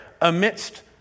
amidst